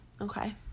Okay